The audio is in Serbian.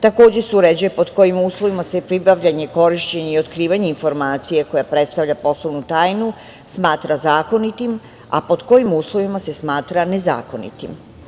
Takođe se uređuje pod kojim uslovima se pribavljanje, korišćenje i otkrivanje informacije koja predstavlja poslovnu tajnu smatra zakonitim, a pod kojim uslovima se smatra nezakonitim.